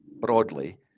broadly